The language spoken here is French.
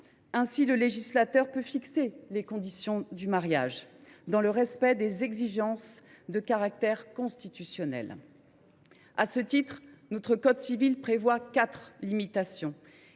absolue, le législateur pouvant fixer les conditions du mariage, dans le respect des exigences de caractère constitutionnel. Notre code civil prévoit ainsi quatre limitations.